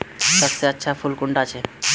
सबसे अच्छा फुल कुंडा छै?